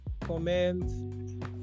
comment